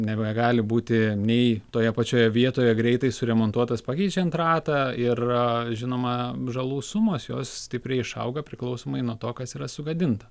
nebegali būti nei toje pačioje vietoje greitai suremontuotas pakeičiant ratą ir žinoma žalų sumos jos stipriai išauga priklausomai nuo to kas yra sugadinta